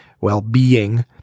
well-being